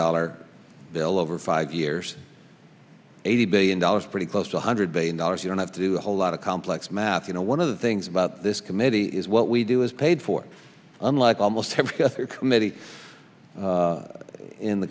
dollar bill over five years eighty billion dollars pretty close to one hundred billion dollars you don't have to do a whole lot of complex math you know one of the things about this committee is what we do is paid for unlike almost half of your committee in the